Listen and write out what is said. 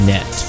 Net